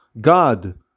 God